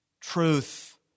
truth